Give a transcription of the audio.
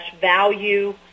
value